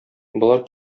болар